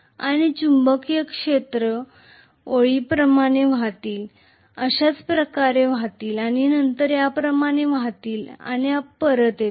या चुंबकीय क्षेत्र ओळी याप्रमाणे वाहतील अशाच प्रकारे वाहतील आणि नंतर याप्रमाणे वाहतील आणि परत येतील